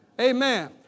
Amen